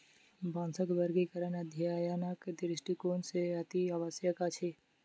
बाँसक वर्गीकरण अध्ययनक दृष्टिकोण सॅ अतिआवश्यक अछि